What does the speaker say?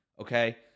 Okay